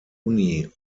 uni